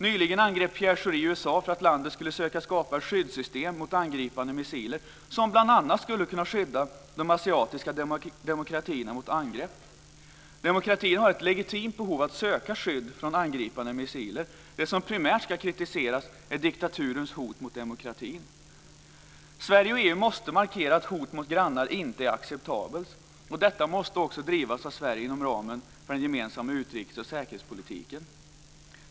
Nyligen angrep Pierre Schori USA för att landet skulle söka skapa ett skyddssystem mot angripande missiler, som bl.a. skulle kunna skydda de asiatiska demokratierna mot angrepp. Demokratierna har ett legitimt behov av att söka skydd mot angripande missiler. Det som primärt ska kritiseras är diktaturens hot mot demokratin. Sverige och EU måste markera att det inte är acceptabelt med hot mot grannar. Detta måste också drivas av Sverige inom ramen för den gemensamma utrikes och säkerhetspolitiken.